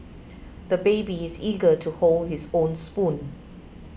the baby is eager to hold his own spoon